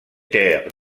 terres